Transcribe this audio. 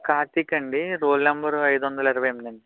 కార్తీక్ అండి roll number ఐదు వందల ఇరవై ఎనిమిది అండి